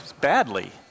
badly